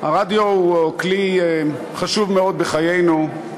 הרדיו הוא כלי חשוב מאוד בחיינו,